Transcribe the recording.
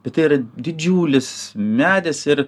bet tai yra didžiulis medis ir